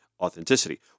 Authenticity